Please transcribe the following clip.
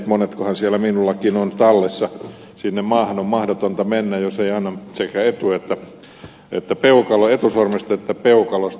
monetkohan siellä minultakin on tallessa siihen maahan on mahdoton mennä jos ei anna sekä etusormesta että peukalosta